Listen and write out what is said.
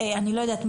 אני לא יודעת,